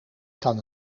kan